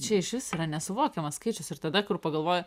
čia iš vis yra nesuvokiamas skaičius ir tada kur pagalvoji